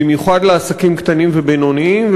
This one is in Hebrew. במיוחד לעסקים קטנים ובינוניים,